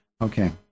Okay